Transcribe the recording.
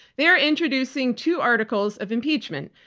they're introducing two articles of impeachment,